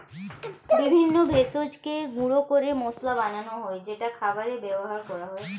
বিভিন্ন ভেষজকে গুঁড়ো করে মশলা বানানো হয় যেটা খাবারে ব্যবহার করা হয়